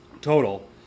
total